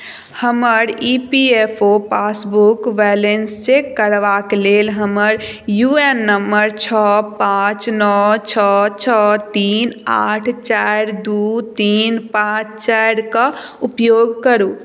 हमर E P F O passbook balance check करबाकलेल हमर यू एन नम्बर छओ पाँच नओ छओ छओ तीन आठ चारि दू तीन पाँच चारिके उपयोग करु